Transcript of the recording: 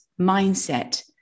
mindset